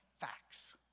facts